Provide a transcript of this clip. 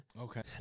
okay